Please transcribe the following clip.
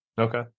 Okay